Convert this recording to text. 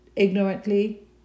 ignorantly